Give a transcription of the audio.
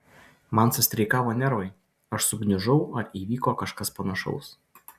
man sustreikavo nervai aš sugniužau ar įvyko kažkas panašaus